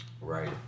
right